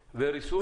וריסון,